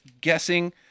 guessing